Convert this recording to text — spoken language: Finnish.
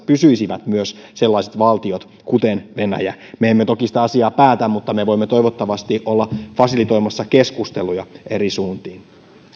pysyisivät myös sellaiset valtiot kuten venäjä me emme toki sitä asiaa päätä mutta me voimme toivottavasti olla fasilitoimassa keskusteluja eri suuntiin